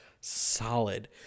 solid